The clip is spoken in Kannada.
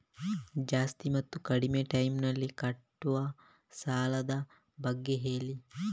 ಜಾಸ್ತಿ ಮತ್ತು ಕಡಿಮೆ ಟೈಮ್ ನಲ್ಲಿ ಕಟ್ಟುವ ಸಾಲದ ಬಗ್ಗೆ ಹೇಳಿ